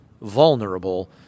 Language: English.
vulnerable